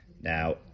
now